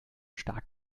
stark